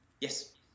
Yes